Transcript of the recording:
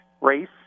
race